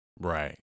Right